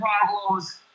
problems